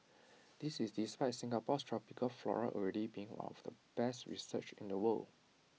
this is despite Singapore's tropical flora already being one of the best researched in the world